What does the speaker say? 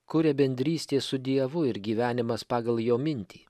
kuria bendrystė su dievu ir gyvenimas pagal jo mintį